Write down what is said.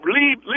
Leave